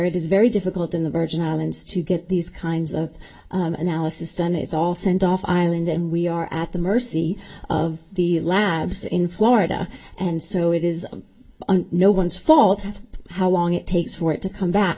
it is very difficult in the virgin islands to get these kinds of analysis done it's all sent off island and we are at the mercy of the labs in florida and so it is no one's fault how long it takes for it to come back